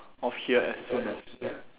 of here as soon as